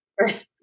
Right